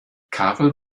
karl